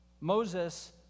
Moses